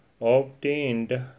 obtained